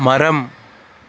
மரம்